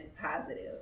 positive